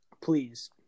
Please